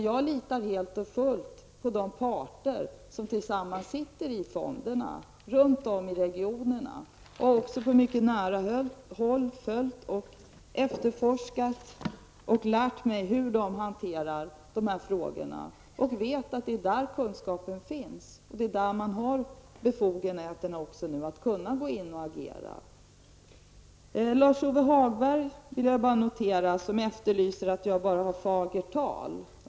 Jag liter helt och fullt på de parter som tillsammans sitter i fonderna runt om i regionerna. Jag har på mycket nära håll följt och efterforskat och lärt mig hur parterna hanterar frågorna. Jag vet att det är där kunskapen finns och att där finns befogenheterna att kunna gå in och agera. Lars-Ove Hagberg hävdar att det jag säger är bara fagert tal.